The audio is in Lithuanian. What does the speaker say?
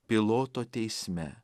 piloto teisme